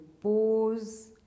pose